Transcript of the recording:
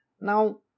Now